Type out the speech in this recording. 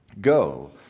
Go